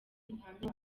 buhamya